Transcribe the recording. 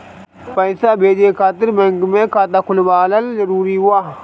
पईसा भेजे खातिर बैंक मे खाता खुलवाअल जरूरी बा?